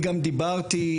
גם דיברתי,